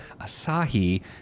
Asahi